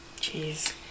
Jeez